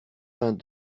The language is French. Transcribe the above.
vingt